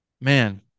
man